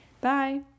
Bye